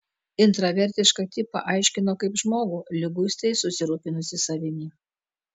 intravertišką tipą aiškino kaip žmogų liguistai susirūpinusį savimi